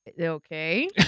Okay